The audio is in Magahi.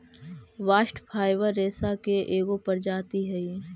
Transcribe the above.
बास्ट फाइवर रेसा के एगो प्रजाति हई